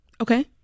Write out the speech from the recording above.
Okay